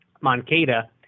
Moncada